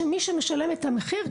ומי שמשלם את המחיר,